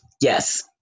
Yes